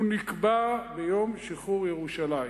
הוא נקבע ביום שחרור ירושלים.